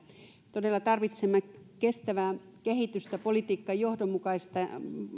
todella tarvitsemme kestävää kehitystä politiikkajohdonmukaisuutta ja